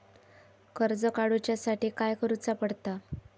कर्ज काडूच्या साठी काय करुचा पडता?